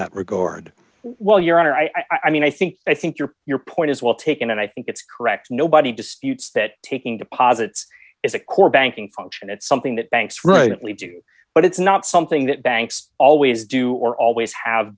that regard well your honor i mean i think i think your your point is well taken and i think it's correct nobody disputes that taking deposits is a core banking function it's something that banks rightly do but it's not something that banks always do or always have